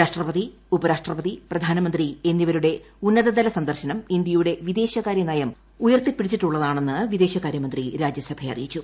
രാഷ്ട്രിട്ട്പ്തി ഉപരാഷ്ട്രപതി പ്രധാനമന്ത്രി എന്നിവരുടെ ഉന്നതതല സീന്ദൂർശ്നം ഇന്ത്യയുടെ വിദേശകാര്യനയം ഉയർത്തിപ്പിടിച്ചിട്ടുള്ളതാണെന്ന് വിദേശകാര്യമന്ത്രി രാജ്യസഭയെ അറിയിച്ചു